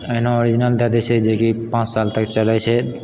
एहिना ओरिजिनल दै दै छै जेकि पाँच साल तक चलै छै